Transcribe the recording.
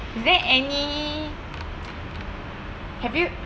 is there any have you